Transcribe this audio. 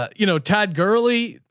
you know, todd gurley,